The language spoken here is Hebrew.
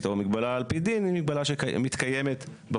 או המגבלה על פי דין היא מגבלה שמתקיימת בפועל.